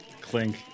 Clink